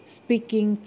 speaking